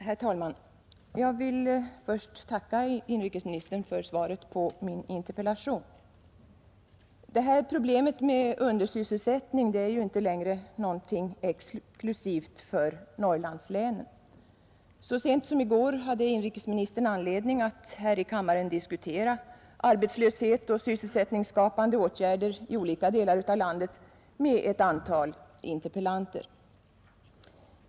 Herr talman! Jag vill först tacka inrikesministern för svaret på min interpellation. Problemet med undersysselsättning är ju inte längre någonting exklusivt för Norrlandslänen. Så sent som i går hade inrikesministern anledning att här i kammaren med ett antal interpellanter diskutera arbetslöshet och sysselsättningsskapande åtgärder i olika delar av landet.